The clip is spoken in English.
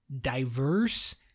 diverse